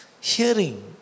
hearing